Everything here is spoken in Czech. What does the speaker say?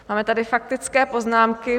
Máme tady faktické poznámky.